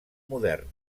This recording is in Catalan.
modern